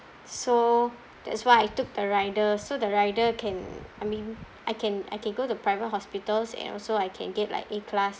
so that's why I took the rider so the rider can I mean I can I can go to private hospitals and also I can get like a class